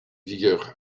vigueur